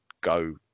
go